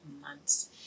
months